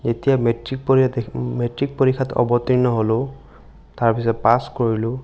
এতিয়া মেট্ৰিক পৰীক্ষাত মেট্ৰিক পৰীক্ষাত অৱতীৰ্ণ হ'লোঁ তাৰপিছত পাচ কৰিলোঁ